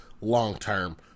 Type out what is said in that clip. long-term